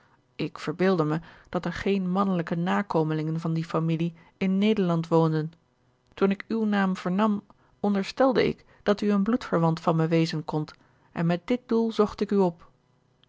ik verbeeldde me dat er geen mannelijke nakomelingen van die familie in nederland woonden toen ik uw naam vernam onderstelde ik dat u een bloedverwant van me wezen kondt en met dit doel zocht ik u op